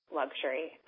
luxury